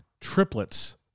triplets